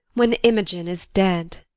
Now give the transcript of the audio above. when imogen is dead.